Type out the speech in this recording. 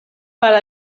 para